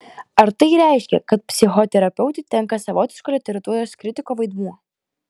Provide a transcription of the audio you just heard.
ar tai reiškia kad psichoterapeutui tenka savotiško literatūros kritiko vaidmuo